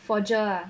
for J_E_R ah